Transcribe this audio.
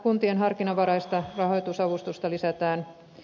kuntien harkinnanvaraista rahoitusavustusta lisätään